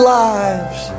lives